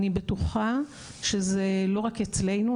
אני בטוחה שזה לא רק אצלנו,